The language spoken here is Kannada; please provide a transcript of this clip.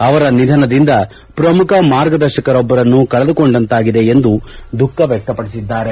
ಅವರ ನಿಧನದಿಂದ ಪ್ರಮುಖ ಮಾರ್ಗದರ್ಶಕರೊಬ್ಬರನ್ನು ಕಳೆದುಕೊಂಡಂತಾಗಿದೆ ಎಂದು ಸಂತಾಪ ಸೂಚಿಸಿದ್ದಾರೆ